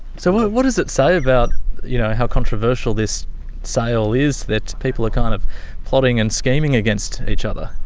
so what does it say about you know how controversial this sale is that people are kind of plotting and scheming against each other?